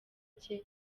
cye